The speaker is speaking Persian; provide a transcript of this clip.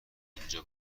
اینجا